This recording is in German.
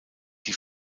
die